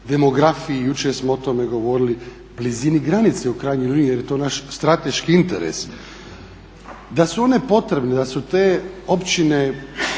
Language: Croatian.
demografiji jučer smo o tome govorili, blizini granice u krajnjoj liniji jer je to naš strateški interes. Da su one potrebne, da su te općine